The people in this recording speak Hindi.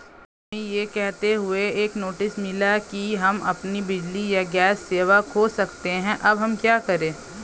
हमें यह कहते हुए एक नोटिस मिला कि हम अपनी बिजली या गैस सेवा खो सकते हैं अब हम क्या करें?